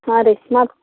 ಹಾಂ ರೀ ನಾಲ್ಕು